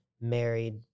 married